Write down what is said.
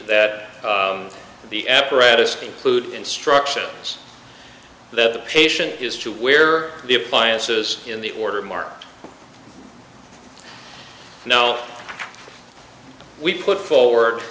that the apparatus include instructions that the patient has to wear the appliances in the order marked now we put forward